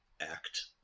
act